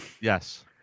Yes